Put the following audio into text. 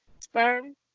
sperm